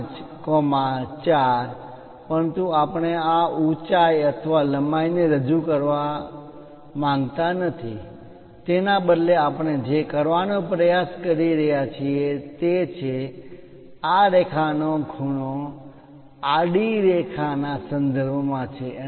5 4 પરંતુ આપણે આ ઊંચાઈ અથવા લંબાઈને રજૂ કરવા માંગતા નથી તેના બદલે આપણે જે કરવાનો પ્રયાસ કરી રહ્યા છીએ તે છે આ રેખા નો ખૂણો આડી રેખા ના સંદર્ભમાં છે